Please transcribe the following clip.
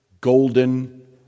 golden